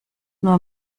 nur